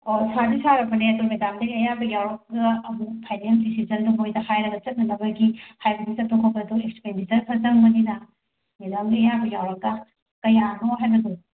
ꯑꯣ ꯁꯥꯗꯤ ꯁꯥꯔꯕꯅꯦ ꯑꯗꯣ ꯃꯦꯗꯥꯝꯗꯒꯤ ꯑꯌꯥꯕ ꯌꯥꯎꯔꯒ ꯑꯃꯨꯛ ꯐꯥꯏꯅꯦꯜ ꯗꯦꯁꯤꯖꯟꯗꯣ ꯃꯣꯏꯗ ꯍꯥꯏꯔꯒ ꯆꯠꯅꯅꯕꯒꯤ ꯍꯥꯏꯕꯗꯤ ꯆꯠꯄ ꯈꯣꯠꯄꯒꯤ ꯑꯦꯛꯁꯄꯦꯟꯗꯤꯆꯔꯗꯣ ꯈꯔ ꯆꯪꯕꯅꯤꯅ ꯃꯦꯗꯥꯝꯒꯤ ꯑꯌꯥꯕ ꯌꯥꯎꯔꯒ ꯀꯌꯥꯅꯣ ꯍꯥꯏꯕꯗꯣ